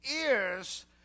ears